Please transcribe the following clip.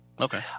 Okay